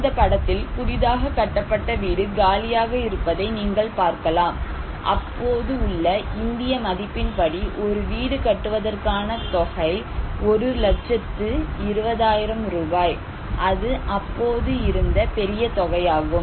இந்த படத்தில் புதிதாக கட்டப்பட்ட வீடு காலியாக இருப்பதை நீங்கள் பார்க்கலாம் அப்போது உள்ள இந்திய மதிப்பின்படி ஒரு வீடு கட்டுவதற்கான தொகை ஒரு லட்சத்து 20 ஆயிரம் ரூபாய் அது அப்போது இருந்த பெரிய தொகையாகும்